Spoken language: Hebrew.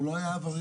הוא לא היה עבריין,